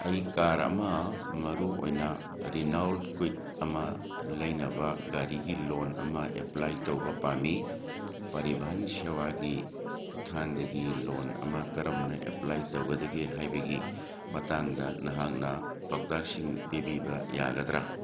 ꯑꯩ ꯀꯥꯔ ꯑꯃ ꯃꯔꯨꯑꯣꯏꯅ ꯔꯤꯅꯣꯜ ꯀ꯭ꯋꯤꯛ ꯑꯃ ꯂꯩꯅꯕ ꯒꯥꯔꯤꯒꯤ ꯂꯣꯟ ꯑꯃ ꯑꯦꯄ꯭ꯂꯥꯏ ꯇꯧꯕ ꯄꯥꯝꯃꯤ ꯄꯔꯤꯕꯟ ꯁꯦꯋꯥꯒꯤ ꯈꯨꯠꯊꯥꯡꯗꯒꯤ ꯂꯣꯟ ꯑꯃ ꯀꯔꯝꯅ ꯑꯦꯄ꯭ꯂꯥꯏ ꯇꯧꯒꯗꯒꯦ ꯍꯥꯏꯕꯒꯤ ꯃꯇꯥꯡꯗ ꯅꯍꯥꯛꯅ ꯄꯥꯎꯇꯥꯛꯁꯤꯡ ꯄꯤꯕꯤꯕ ꯌꯥꯒꯗ꯭ꯔꯥ